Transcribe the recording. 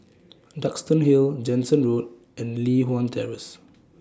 Duxton Hill Jansen Road and Li Hwan Terrace